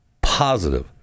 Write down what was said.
Positive